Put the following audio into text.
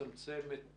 ולצמצם את